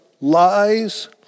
Lies